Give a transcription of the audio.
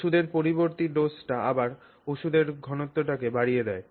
ওষুধের পরবর্তী ডোজটি আবার ওষুধের ঘনত্বটি বাড়িয়ে দেয়